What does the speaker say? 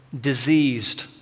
diseased